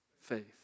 Faith